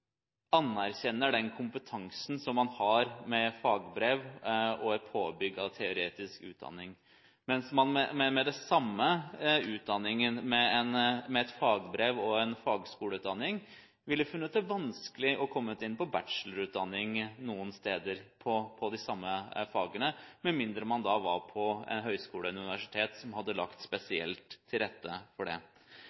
anerkjenner den kompetansen som man har med fagbrev og et påbygg av teoretisk utdanning, mens man med den samme utdanningen – et fagbrev og en fagskoleutdanning – noen steder ville funnet det vanskelig å komme inn på en bachelorutdanning på de samme fagene, med mindre man var på en høyskole eller et universitet som hadde lagt